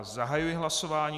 Zahajuji hlasování.